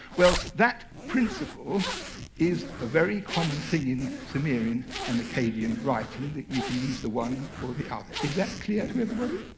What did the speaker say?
well, that principle is a very common thing in sumerian and akkadian writing, that you can use the one for the other. is that clear to everybody?